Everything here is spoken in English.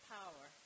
power